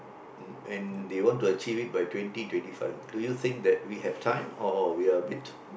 and they want to achieve it by twenty twenty five do you think that we have time or we are a bit